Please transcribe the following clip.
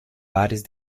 bares